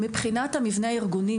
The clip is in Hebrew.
מבחינת המבנה הארגוני,